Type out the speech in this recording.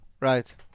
right